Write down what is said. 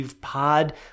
pod